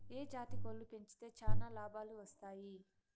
ఏ జాతి కోళ్లు పెంచితే చానా లాభాలు వస్తాయి?